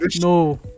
No